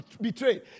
betrayed